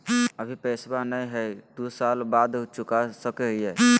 अभि पैसबा नय हय, दू साल बाद चुका सकी हय?